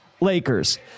Lakers